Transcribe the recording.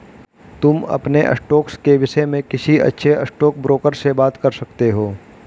तुम अपने स्टॉक्स के विष्य में किसी अच्छे स्टॉकब्रोकर से बात कर सकते हो